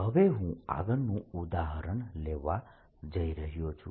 હવે હું આગળનું ઉદાહરણ લેવા જઇ રહ્યો છું